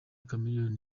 chameleone